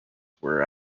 were